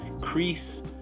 Crease